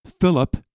Philip